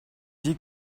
dit